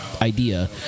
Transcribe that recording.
idea